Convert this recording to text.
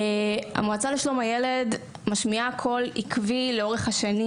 המועצה לשלום הילד משמיעה קול עקבי לאורך השנים